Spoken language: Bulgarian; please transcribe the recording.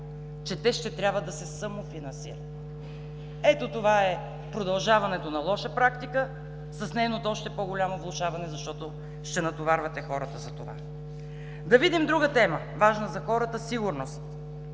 че те ще трябва да се самофинансират. Ето това е продължаването на лоша практика, с нейното още по-голямо влошаване, защото ще натоварвате хората за това. Да видим друга тема, важна за хората – сигурност.